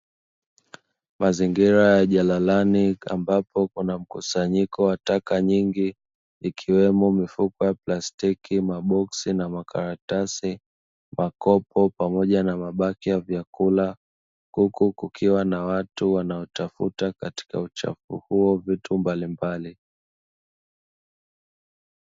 Mazingira ya jalalani ambapo kuna mkusanyiko wa taka nyingi, ikiwemo mifupa, plastiki, maboksi na makaratasi, makopo pamoja na mabaki ya vyakula, huku kukiwa na watu wanaotafuta katika uchafu huo vitu mbalimbali.